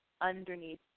underneath